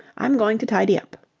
i'm going to tidy up.